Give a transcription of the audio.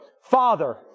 Father